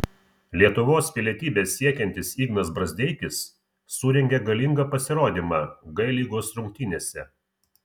lietuvos pilietybės siekiantis ignas brazdeikis surengė galingą pasirodymą g lygos rungtynėse